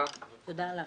הישיבה ננעלה